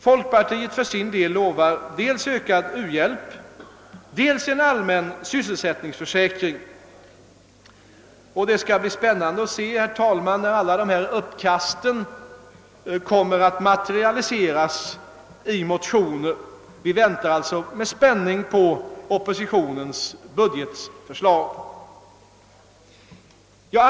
Folkpartiet för sin del lovar dels ökad u-hjälp, dels en allmän sysselsättningsförsäkring. Det skall bli spännande att se alla dessa förslag materialiseras i motioner. Vi väntar alltså med spänning på oppositionens budgetförslag.